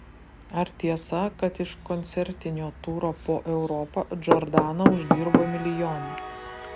ar tiesa kad iš koncertinio turo po europą džordana uždirbo milijoną